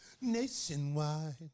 nationwide